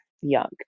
young